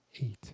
eight